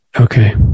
Okay